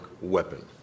weapon